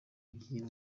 by’iyi